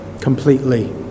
completely